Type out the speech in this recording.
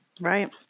right